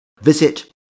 visit